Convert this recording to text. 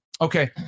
Okay